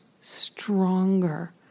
stronger